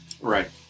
Right